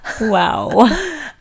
wow